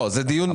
זה דיון שונה.